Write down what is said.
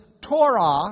Torah